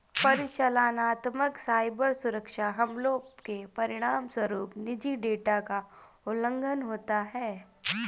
परिचालनात्मक साइबर सुरक्षा हमलों के परिणामस्वरूप निजी डेटा का उल्लंघन होता है